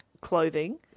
clothing